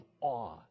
awe